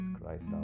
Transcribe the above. Christ